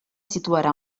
situarà